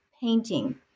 painting